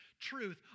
truth